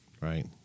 Right